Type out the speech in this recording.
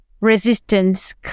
resistance